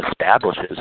establishes